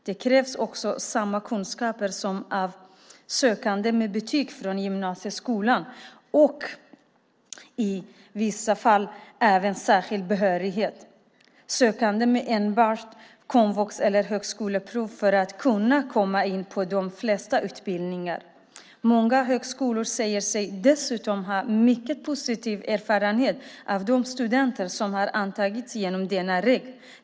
Det krävdes också samma kunskaper som av sökande med betyg från gymnasieskolan och i vissa fall även särskild behörighet. Sökande med enbart arbetslivserfarenhet måste alltså i de flesta fall komplettera med antingen komvux eller högskoleprov för att kunna komma in på de flesta utbildningar. Många högskolor säger sig dessutom ha mycket positiva erfarenheter av de studenter som antagits genom denna regel.